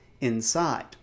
Inside